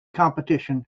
competition